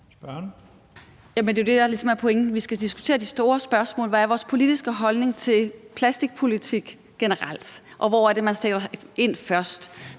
Vi skal diskutere de store spørgsmål: Hvad er vores politiske holdning til plastikpolitik generelt, og hvor er det, man sætter ind først?